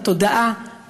בתודעה,